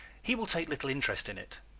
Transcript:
he will take little interest in it.